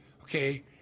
Okay